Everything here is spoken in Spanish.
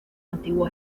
antiguo